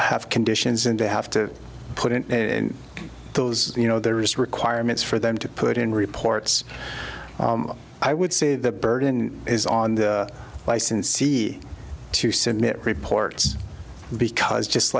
have conditions and they have to put in those you know there is requirements for them to put in reports i would say the burden is on the licensee to submit reports because just